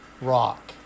rock